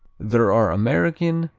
there are american,